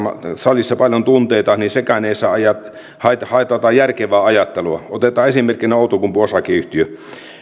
salissa paljon tunteita ei saa haitata järkevää ajattelua otetaan esimerkkinä outokumpu oy